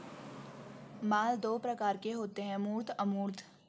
माल दो प्रकार के होते है मूर्त अमूर्त